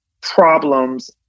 problems